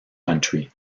country